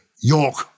York